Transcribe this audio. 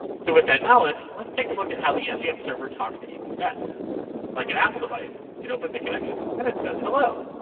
so with that knowledge. let's take a look at how the mdm server talks to apn s like an apple device it opens a connection and it says, hello.